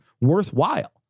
worthwhile